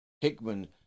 Hickman